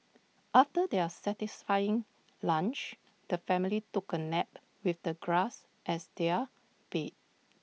after their satisfying lunch the family took A nap with the grass as their bed